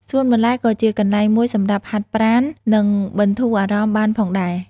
សួនបន្លែក៏ជាកន្លែងមួយសម្រាប់ហាត់ប្រាណ និងបន្ធូរអារម្មណ៍បានផងដែរ។